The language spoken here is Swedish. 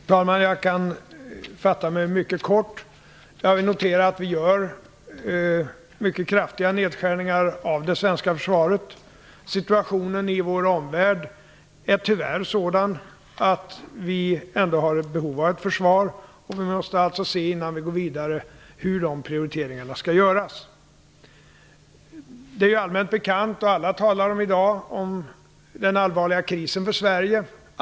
Fru talman! Jag kan fatta mig mycket kort. Jag vill notera att vi gör mycket kraftiga nedskärningar av det svenska försvaret. Situationen i vår omvärld är tyvärr sådan att vi har ett behov av ett försvar. Vi måste alltså innan vi går vidare se hur prioriteringarna på detta område skall göras. Sveriges allvarliga kris är allmänt bekant, och alla talar i dag om den.